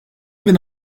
bin